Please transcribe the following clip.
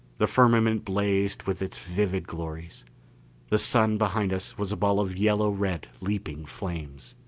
the firmament blazed with its vivid glories the sun behind us was a ball of yellow-red leaping flames.